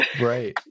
Right